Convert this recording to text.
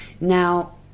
Now